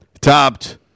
topped